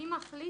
מי עוזר לי